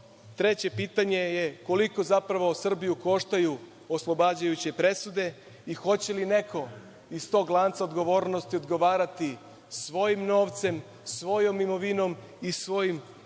treće pitanje je – koliko zapravo Srbiju koštaju oslobađajuće presude i hoće li neko iz tog lanca odgovornosti odgovarati svojim novcem, svojom imovinom i svojim ugledom